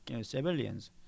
civilians